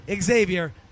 Xavier